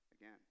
again